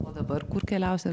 o dabar kur keliausi